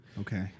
Okay